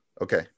Okay